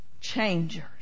changers